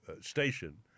station